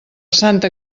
santa